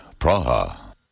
Praha. (